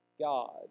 God